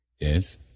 Yes